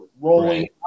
rolling